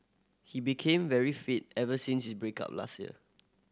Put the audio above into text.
he became very fit ever since his break up last year